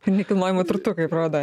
nekilnojamu turtu kaip rodo